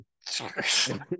Sorry